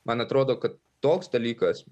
man atrodo kad toks dalykas